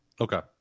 Okay